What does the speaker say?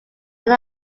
are